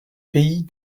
pays